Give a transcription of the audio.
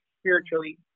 spiritually